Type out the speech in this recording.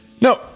No